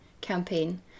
campaign